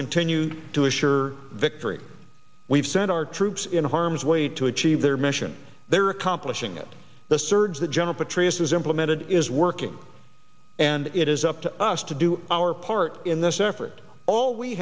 continue to assure victory we've sent our troops in harm's way to achieve their mission they're accomplishing it the surge that general petraeus has implemented is working and it is up to us to do our part in this effort all we